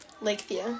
Lakeview